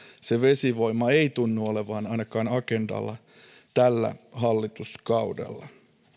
se vesivoima ei tunnu olevan agendalla ainakaan tällä hallituskaudella